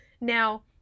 Now